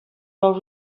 were